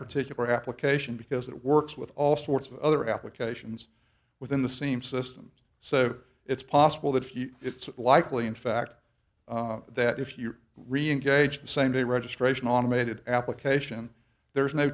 particular application because it works with all sorts of other applications within the same systems so it's possible that it's likely in fact that if you reengage the same day registration automated application there's no